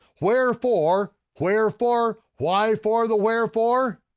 wherefore, wherefore, why for the wherefore?